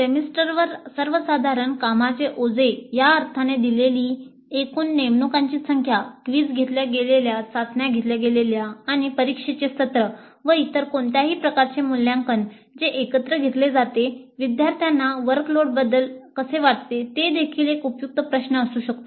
सेमेस्टरवर सर्वसाधारण कामाचे ओझे या अर्थाने दिलेली एकूण नेमणूकांची संख्या क्विझ घेतल्या गेलेल्या चाचण्या घेतल्या गेलेल्या आणि परीक्षेचे सत्र व इतर कोणत्याही प्रकारचे मूल्यांकन जे एकत्र घेतले जाते विद्यार्थ्यांना वर्कलोडबद्दल कसे वाटते ते देखील एक उपयुक्त प्रश्न असू शकतो